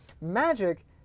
Magic